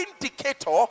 indicator